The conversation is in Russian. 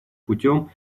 путем